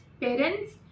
parents